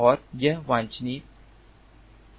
और यह वांछनीय नहीं है